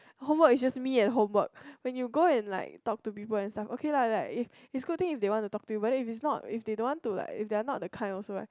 homework just me and homework when you go and like to talk to people that stuff okay lah excluding they want to talk you whether if is not if they don't want to like if they are not the kind also right